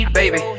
baby